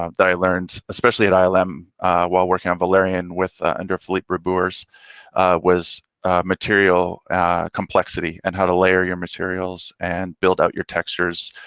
um that i learned, especially at ilm, um while working on valerian with ah under fleet brewers was material complexity and how to layer your materials and build out your textures